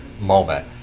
moment